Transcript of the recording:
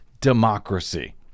democracy